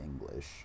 English